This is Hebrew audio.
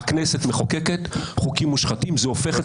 הכנסת מחוקקת חוקים מושחתים זה הופך את